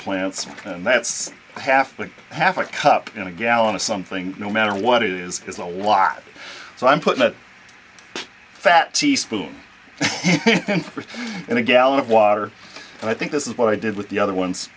plants and that's half what half a cup and a gallon of something no matter what it is is a lot so i'm putting a fat teaspoon in a gallon of water and i think this is what i did with the other ones